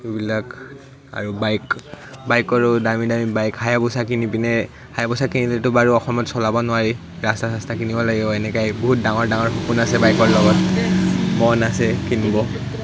এইবিলাক আৰু বাইক বাইকৰো দামী দামী বাইক হায়াবুচা কিনি পিনে হায়বুচা কিনিলেতো বাৰু অসমত চলাব নোৱাৰি ৰাস্তা চাস্তা কিনিব লাগিব এনেকুৱাই বহুত ডাঙৰ ডাঙৰ সপোন আছে বাইকৰ লগত মন আছে কিনিব